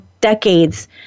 decades